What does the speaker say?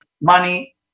Money